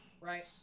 right